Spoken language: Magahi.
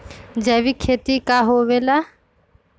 जैविक खेती का होखे ला?